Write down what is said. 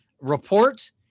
report